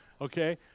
okay